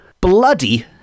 bloody